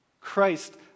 Christ